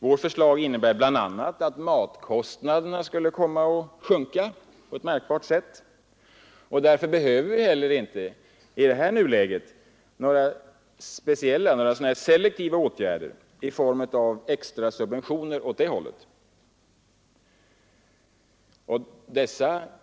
Vårt förslag innebär bl.a. att matkostnaderna skulle komma att sjunka på ett märkbart sätt, och därför behöver vi heller inte i nuläget några selektiva åtgärder i form av extra subventioner åt det hållet.